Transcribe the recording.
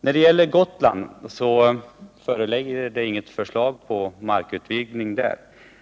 När det gäller Gotland föreligger inget förslag till markutvidgning. Det